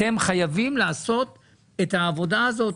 אתם חייבים לעשות את העבודה הזאת.